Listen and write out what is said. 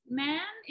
man